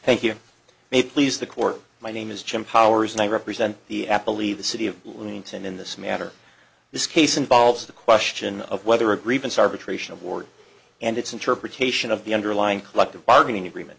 thank you may please the court my name is jim powers and i represent the apple leave the city of bloomington in this matter this case involves the question of whether a grievance arbitration of word and its interpretation of the underlying clucked of bargaining agreement